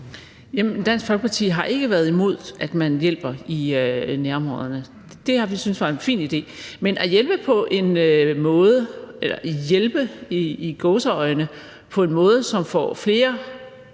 Dansk Folkeparti har ikke været imod, at man hjælper i nærområderne; det har vi syntes var en fin idé. Men at hjælpe – eller hjælpe i gåseøjne – på en måde, som får flere